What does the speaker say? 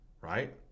right